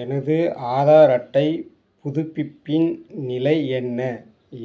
எனது ஆதார் அட்டை புதுப்பிப்பின் நிலை என்ன